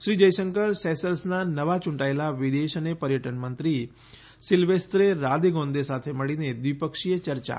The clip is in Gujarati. શ્રી જયશંકર સેશલ્સનાં નવા યૂંટાયેલા વિદેશ અને પર્યટન મંત્રી સિલવેસ્ત્રે રાદેગોન્દે સાથે મળીને દ્રિપક્ષીય ચર્ચા કરશે